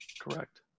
correct